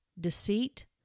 deceit